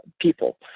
people